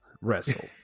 wrestle